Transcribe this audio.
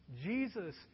Jesus